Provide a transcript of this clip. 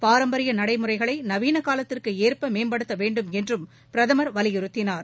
பாரம்பரிய நடைமுறைகளை நவீன காலத்திற்கு ஏற்ப மேம்படுத்த வேண்டும் என்றும் பிரதமர் வலியுறுத்தினார்